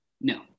No